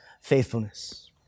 faithfulness